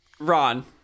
Ron